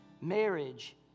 Marriage